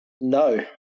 no